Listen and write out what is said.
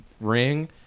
ring